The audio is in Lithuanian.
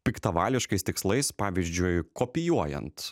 piktavališkais tikslais pavyzdžiui kopijuojant